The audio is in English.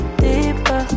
deeper